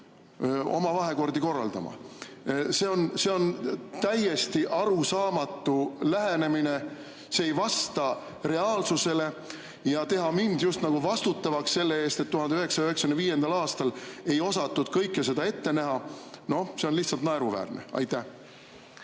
oma vahekordi korraldama. See on täiesti arusaamatu lähenemine. See ei vasta reaalsusele ja teha mind just nagu vastutavaks selle eest, et 1995. aastal ei osatud kõike seda ette näha – noh, see on lihtsalt naeruväärne. Aitäh!